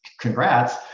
Congrats